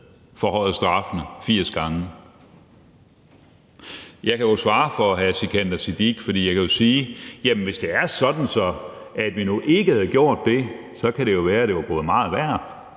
forhøjet straffene 80 gange? Jeg kan svare for hr. Sikandar Siddique, for jeg kan sige, at hvis det var sådan, at vi ikke havde gjort det, kunne det jo være, at det var gået meget værre;